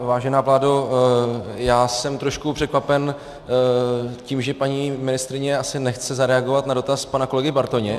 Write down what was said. Vážená vládo, já jsem trošku překvapen tím, že paní ministryně asi nechce zareagovat na dotaz pana kolegy Bartoně.